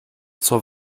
zur